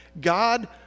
God